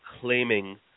claiming